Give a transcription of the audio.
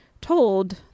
told